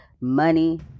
Money